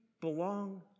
belong